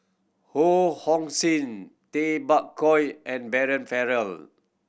Ho Hong Sing Tay Bak Koi and Brian Farrell